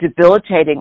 debilitating